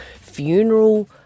funeral